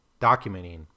documenting